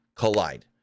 Collide